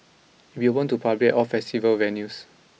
it will be open to public all festival venues